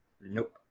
Nope